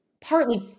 partly